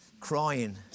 crying